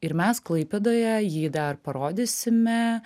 ir mes klaipėdoje jį dar parodysime